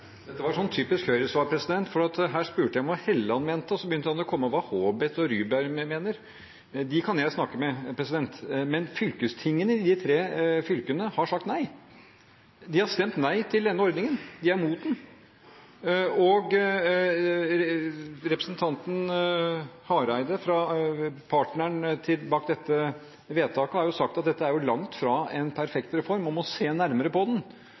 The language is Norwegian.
Dette var et typisk Høyre-svar. Jeg spurte om hva Helleland mente, og så kom han med hva Haabeth og Ryberg mener. Dem kan jeg snakke med, men fylkestingene i de tre fylkene har sagt nei. De har stemt nei til denne ordningen, de er imot den. Representanten Hareide, en av partnerne bak dette vedtaket, har sagt at dette er langt fra en perfekt reform, man må se nærmere på den.